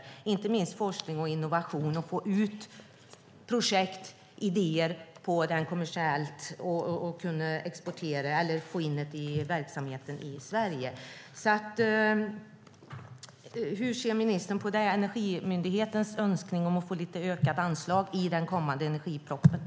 Det gäller inte minst forskning och innovation och att få ut projekt och idéer kommersiellt och att kunna exportera eller få in det i verksamheten i Sverige. Hur ser ministern på Energimyndighetens önskning om att få ökat anslag i den kommande energipropositionen?